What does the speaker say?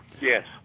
Yes